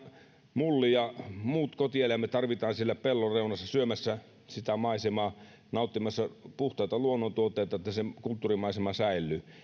mulli ja muut kotieläimet tarvitaan siellä pellon reunassa syömässä sitä maisemaa nauttimassa puhtaita luonnontuotteita niin että se kulttuurimaisema säilyy